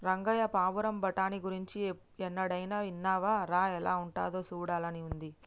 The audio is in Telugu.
రంగయ్య పావురం బఠానీ గురించి ఎన్నడైనా ఇన్నావా రా ఎలా ఉంటాదో సూడాలని ఉంది